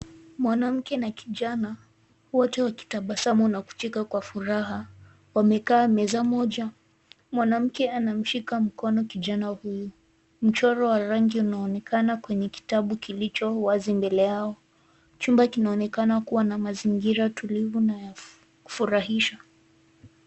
Mwanamke na kijana, wote wakitabasamu na kucheka kwa furaha. Wamekaa meza moja. Mwanamke anamshika mkono kijana huyu. Mchoro wa rangi unaonekana kwenye kitabu kilicho wazi mbele yao. Chumba kinaonekana kuwa na mazingira tulivu na ya kufurahisha.